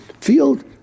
field